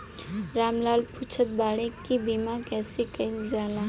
राम लाल पुछत बाड़े की बीमा कैसे कईल जाला?